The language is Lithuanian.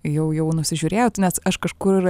jau jau nusižiūrėjot nes aš kažkur